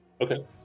Okay